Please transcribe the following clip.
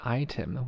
item